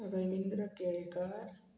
Ravindra Kelekar